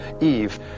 Eve